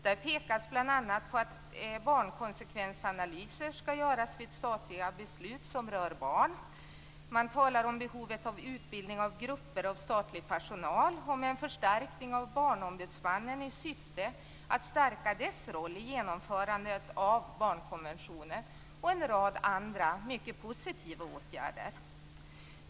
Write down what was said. Där pekas bl.a. på att barnkonsekvensanalyser skall göras vid statliga beslut som rör barn. Man talar om behovet av utbildning av grupper av statlig personal, om en förstärkning av Barnombudsmannen i syfte att stärka dess roll i genomförandet av barnkonventionen och en rad andra mycket positiva åtgärder.